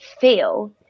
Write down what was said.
feel